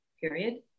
period